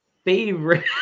favorite